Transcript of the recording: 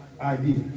idea